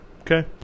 Okay